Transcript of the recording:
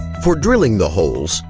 for drilling the holes,